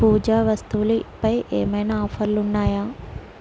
పూజా వస్తువులపై ఏమైనా ఆఫర్లు ఉన్నాయా